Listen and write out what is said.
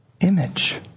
image